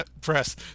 press